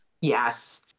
Yes